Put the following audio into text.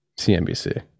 CNBC